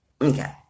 Okay